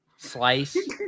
Slice